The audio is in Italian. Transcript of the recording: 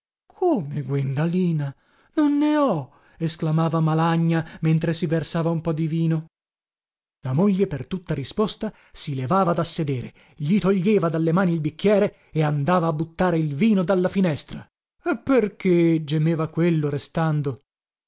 come guendalina non ne ho esclamava malagna mentre si versava un po di vino la moglie per tutta risposta si levava da sedere gli toglieva dalle mani il bicchiere e andava a buttare il vino dalla finestra e perché gemeva quello restando